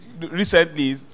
recently